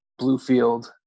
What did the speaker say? Bluefield